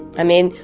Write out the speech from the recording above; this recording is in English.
i mean,